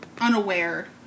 unaware